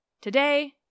today